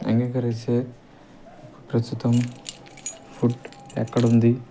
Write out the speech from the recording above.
అంగీకరిస్తే ప్రస్తుతం ఫుడ్ ఎక్కడుంది